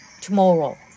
Tomorrow